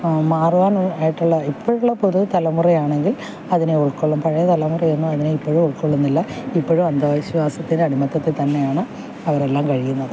മാറുവാൻ ആയിട്ടുള്ള ഇപ്പോഴുള്ള പുതുതലമുറ ആണെങ്കിൽ അതിനെ ഉൾക്കൊള്ളും പഴയ തലമുറയൊന്നും അതിനെ ഇപ്പോഴും ഉൾക്കൊള്ളുന്നില്ല ഇപ്പോഴും അന്ധവിശ്വാസത്തിൻറെ അടിമത്ത്വത്തിൽ തന്നെയാണ് അവരെല്ലാം കഴിയുന്നത്